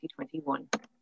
2021